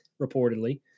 reportedly